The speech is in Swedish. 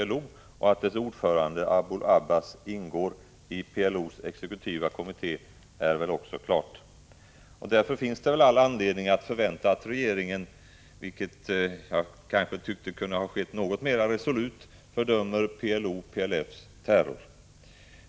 Det är väl också klart att dess ordförande Abul Abbas ingår i PLO:s exekutiva kommitté. Därför finns det all anledning att förvänta att regeringen fördömer PLO:s och PLF:s terror på ett mer resolut sätt än som skett.